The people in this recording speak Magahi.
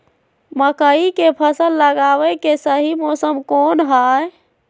मकई के फसल लगावे के सही मौसम कौन हाय?